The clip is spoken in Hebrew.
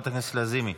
חברת הכנסת לזימי.